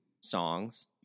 songs